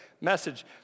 message